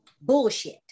bullshit